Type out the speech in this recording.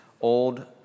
old